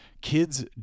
Kids